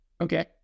Okay